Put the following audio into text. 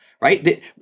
right